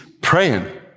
praying